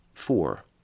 Four